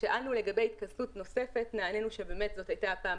כששאלנו לגבי התכנסות נוספת נענינו שבאמת זו הייתה הפעם